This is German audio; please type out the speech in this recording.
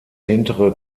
hintere